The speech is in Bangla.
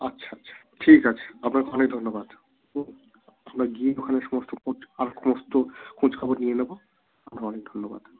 আচ্ছা আচ্ছা ঠিক আছে আপনাকে অনেক ধন্যবাদ আমরা গিয়ে ওখানে সমস্ত খোঁজ আর সমস্ত খোঁজ খবর নিয়ে নেব আপনাকে অনেক ধন্যবাদ